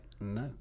no